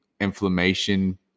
inflammation